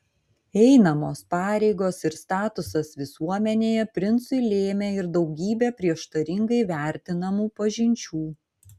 einamos pareigos ir statusas visuomenėje princui lėmė ir daugybę prieštaringai vertinamų pažinčių